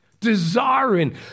desiring